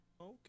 Okay